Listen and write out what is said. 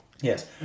Yes